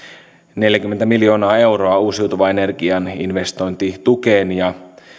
neljäkymmentä miljoonaa euroa uusiutuvan energian investointitukeen ja